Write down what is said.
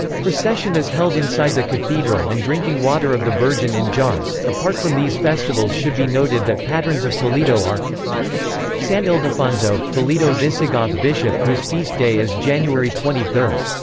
procession is held inside the cathedral and drinking water of the virgin in jars apart from these festivals should be noted that patterns of toledo are san ildefonso, toledo visigoth bishop whose feast day is january twenty three.